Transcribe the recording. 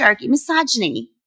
misogyny